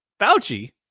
Fauci